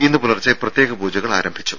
ഇന്ന് പുലർച്ചെ പ്രത്യേക പൂജകൾ ആരംഭിച്ചു